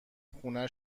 خونه